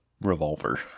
revolver